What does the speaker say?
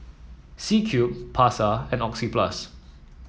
C Cube Pasar and Oxyplus